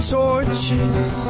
torches